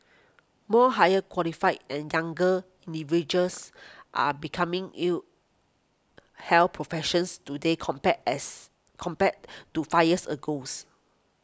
more higher qualified and younger individuals are becoming you here professions today compared as compare to five years a goes